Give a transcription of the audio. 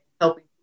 helping